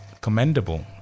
commendable